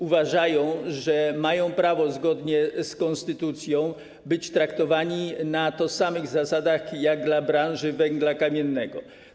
Uważają, że mają prawo, zgodnie z konstytucją, być traktowani na tożsamych zasadach jak górnicy z branży węgla kamiennego.